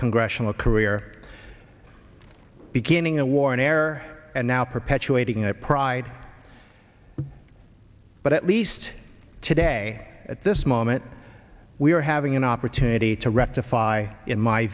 congressional career beginning a war an error and now perpetuating a pride but at least today at this moment we are having an opportunity to rectify in my